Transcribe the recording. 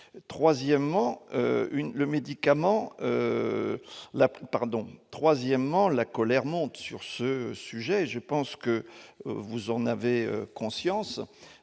ministre, la colère monte sur ce sujet et je pense que vous en êtes consciente.